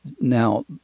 now